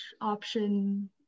option